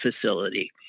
facility